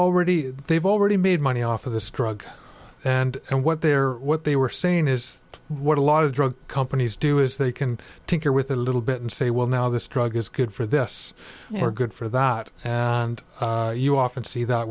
already they've already made money off of this drug and and what they're what they were saying is what a lot of drug companies do is they can tinker with a little bit and say well now this drug is good for this or good for that and you often see that